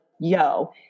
yo